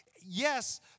Yes